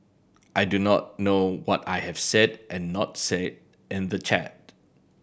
I do not know what I have said and not said in the chat